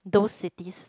those cities